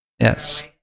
yes